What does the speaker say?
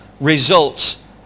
results